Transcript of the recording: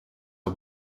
are